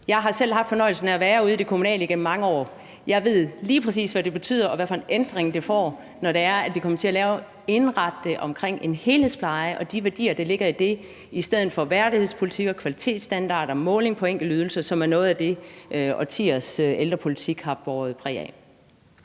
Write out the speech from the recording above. selv har haft fornøjelsen af at være ude i det kommunale igennem mange år. Jeg ved, lige præcis hvad det betyder, og hvad for en ændring det medfører, når vi kommer til at indrette det omkring en helhedspleje og de værdier, der ligger i det, i stedet for værdighedspolitikker, kvalitetsstandarder og måling på enkeltydelser, som er noget af det, årtiers ældrepolitik har båret præg af.